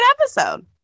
episode